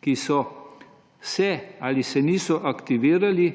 ki so se ali se niso aktivirali,